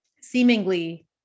seemingly